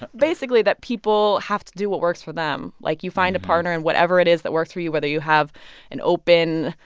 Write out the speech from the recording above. but basically, that people have to do what works for them. like, you find a partner and whatever it is that works for you, whether you have an open,